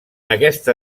aquesta